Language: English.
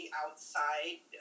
outside